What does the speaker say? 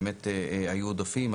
באמת היו עודפים,